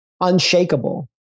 unshakable